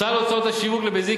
סל הוצאות השיווק לבנזין,